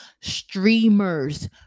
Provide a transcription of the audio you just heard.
streamers